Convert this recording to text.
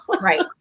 Right